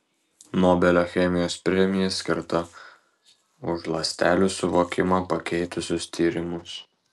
nobelio chemijos premija skirta už ląstelių suvokimą pakeitusius tyrimus